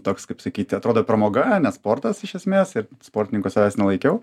toks kaip sakyti atrodo pramoga ne sportas iš esmės ir sportininku savęs nelaikiau